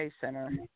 Center